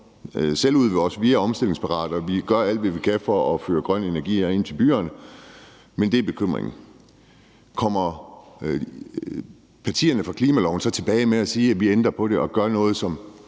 Selv ude ved os er vi omstillingsparate og gør alt, hvad vi kan, for at føre grøn energi ind til byerne, men det er bekymringen. Kommer partierne fra klimaloven så tilbage og siger, at vi ændrer på det og gør noget, så